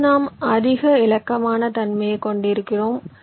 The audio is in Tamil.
இப்போது நாம் அதிக இளக்கமான தன்மையை கொண்டிருக்கிறோம்